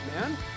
man